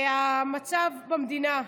המצב במדינה,